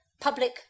public